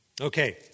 Okay